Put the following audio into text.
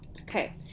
Okay